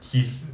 he's